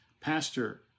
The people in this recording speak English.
pastor